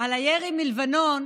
על הירי מלבנון